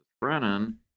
Brennan